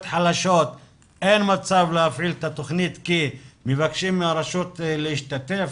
חלשות אין מצב להפעיל את התוכנית כי מבקשים מהרשויות להשתתף,